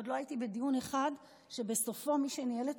ועוד לא הייתי בדיון אחד שבסופו מי שניהל את